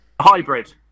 Hybrid